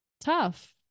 tough